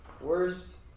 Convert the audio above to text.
Worst